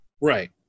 Right